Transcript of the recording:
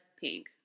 pink